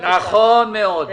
נכון מאוד.